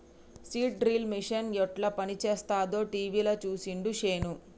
seed drill machine యెట్ల పనిచేస్తదో టీవీల చూసిండు వేణు